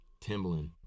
Timbaland